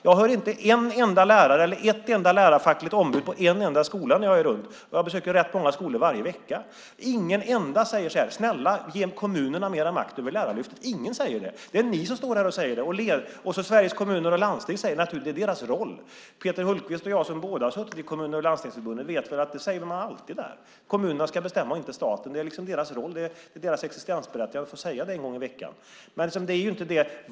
Jag hör inte en enda lärare eller ett enda lärarfackligt ombud på någon enda skola när jag reser runt - och jag besöker rätt många skolor varje vecka - säga: Snälla, ge kommunerna mer makt över Lärarlyftet! Ingen säger det. Det är ni som står här och säger det. Sveriges Kommuner och Landsting säger naturligtvis också det; det är deras roll. Peter Hultqvist och jag, som båda har suttit i Kommunförbundet och Landstingsförbundet, vet väl att man där alltid säger att kommunerna ska bestämma, inte staten. Det är liksom deras roll och deras existensberättigande att en gång i veckan få säga det.